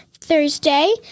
Thursday